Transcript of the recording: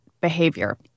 behavior